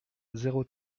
zéro